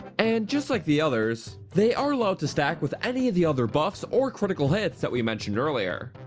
and just like the others, they are allowed to stack with any of the other buffs or critical hits that we mentioned earlier!